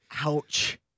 Ouch